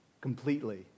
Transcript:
completely